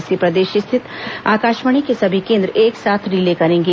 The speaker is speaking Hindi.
इसे प्रदेश स्थित आकाशवाणी के सभी केंद्र एक साथ रिले करेंगे